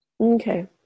Okay